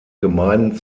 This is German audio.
gemeinden